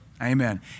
Amen